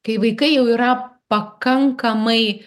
kai vaikai jau yra pakankamai